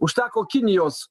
užteko kinijos